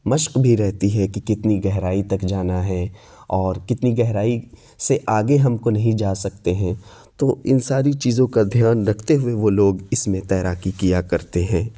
مشق بھی رہتی ہے کہ کتنی گہرائی تک جانا ہے اور کتنی گہرائی سے آگے ہم کو نہیں جا سکتے ہیں تو ان ساری چیزوں کا دھیان رکھتے ہوئے وہ لوگ اس میں تیراکی کیا کرتے ہیں